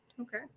Okay